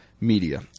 Media